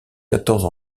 quatorze